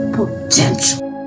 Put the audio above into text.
potential